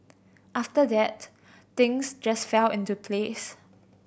after that things just fell into place